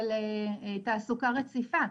של תעסוקה רציפה.